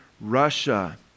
Russia